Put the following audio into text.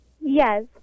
Yes